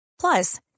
Plus